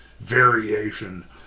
variation